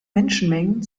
menschenmengen